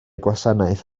gwasanaeth